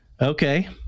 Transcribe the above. okay